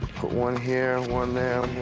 put one here, and one